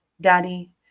Daddy